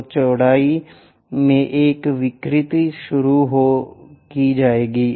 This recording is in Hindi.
तो चौड़ाई में एक विकृति शुरू की जाएगी